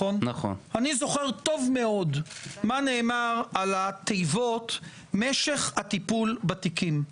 אני זוכר טוב מאוד מה נאמר על התיבות של משך הטיפול בתיקים.